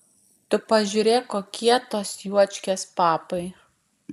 tu pažiūrėk kokie tos juočkės papai